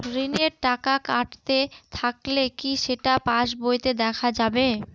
ঋণের টাকা কাটতে থাকলে কি সেটা পাসবইতে দেখা যাবে?